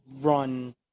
run